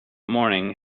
morning